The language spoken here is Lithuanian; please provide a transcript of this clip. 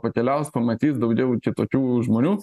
pakeliaus pamatys daugiau čia tokių žmonių